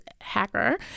hacker